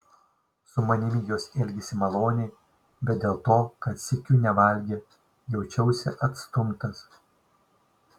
su manimi jos elgėsi maloniai bet dėl to kad sykiu nevalgė jaučiausi atstumtas